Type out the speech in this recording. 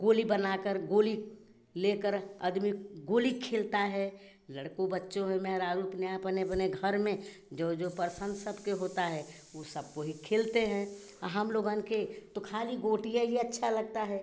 गोली बनाकर गोली लेकर अदमी गोली खेलता है लड़कों बच्चों हैं मेहरारू अपने अपने अपने अपने घर में जो जो पसंद सबके होता है ऊ सब को ही खेलते हैं हम लोग के तो खाली गोटिए ही अच्छा लगता है